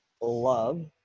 love